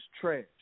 trash